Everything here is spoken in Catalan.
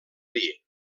dir